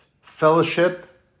fellowship